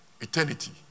eternity